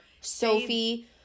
Sophie-